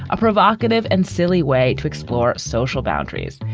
a provocative and silly way to explore social boundaries.